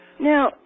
Now